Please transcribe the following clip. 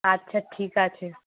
আচ্ছা ঠিক আছে